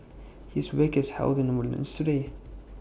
his wake is held in Woodlands today